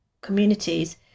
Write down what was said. communities